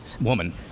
Woman